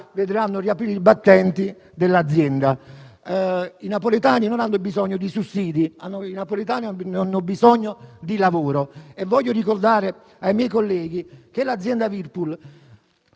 vedremo riaprire i battenti dell'azienda. I napoletani non hanno bisogno di sussidi, hanno bisogno di lavoro. Voglio ricordare ai miei colleghi che l'azienda Whirlpool,